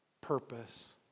purpose